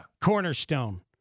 Cornerstone